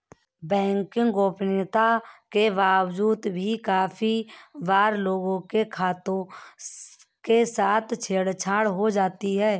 banking गोपनीयता के बावजूद भी काफी बार लोगों के खातों के साथ छेड़ छाड़ हो जाती है